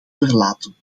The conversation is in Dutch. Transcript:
verlaten